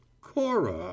cora